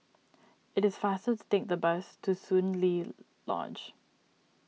it is faster to take the bus to Soon Lee Lodge